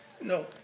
no